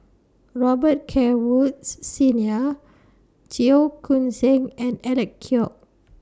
Robet Carr Woods Senior Cheong Koon Seng and Alec Kuok